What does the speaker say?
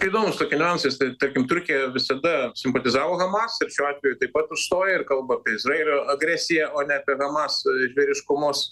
įdomūs tokie niuansai tai tarkim turkija visada simpatizavo hamas ir šiuo atveju taip pat užstoja ir kalba apie izraelio agresiją o ne apie hamas žvėriškumus